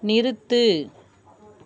நிறுத்து